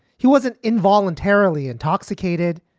he wasn't in voluntarily intoxicated.